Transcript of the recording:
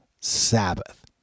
Sabbath